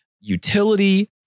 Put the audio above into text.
utility